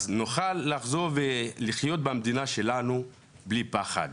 ואז נוכל לחזור לחיות במדינה שלנו בלי פחד.